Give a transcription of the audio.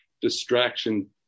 distraction